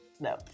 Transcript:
No